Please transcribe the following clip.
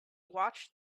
watched